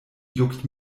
juckt